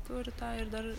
turi tą ir dar